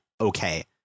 okay